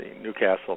Newcastle